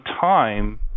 time